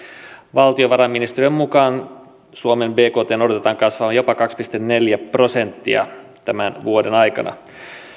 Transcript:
valtiovarainministeriön mukaan suomen bktn odotetaan kasvavan jopa kaksi pilkku neljä prosenttia tämän vuoden aikana